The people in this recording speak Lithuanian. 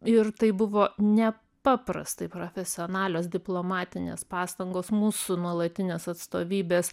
ir tai buvo nepaprastai profesionalios diplomatinės pastangos mūsų nuolatinės atstovybės